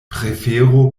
prefero